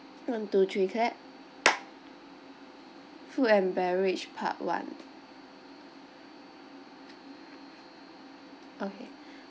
one two three clap food and beverage part one okay